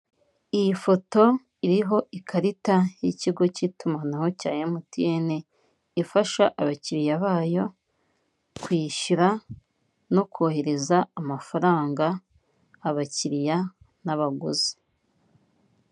Iyi foto iriho ikarita y'ikigo cy'itumanaho cya MTN, ifasha abakiriya bayo kwishyura no kohereza amafaranga abakiriya n'abaguzi.